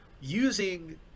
using